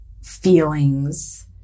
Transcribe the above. feelings